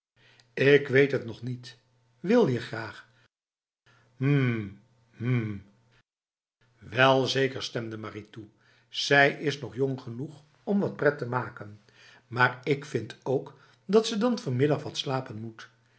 ik weet het nog niet wil je graag hm hmf welzeker stemde marie toe zij is nog jong genoeg om wat pret te maken maar ik vind ook dat ze dan vanmiddag wat slapen moet